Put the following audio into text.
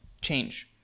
change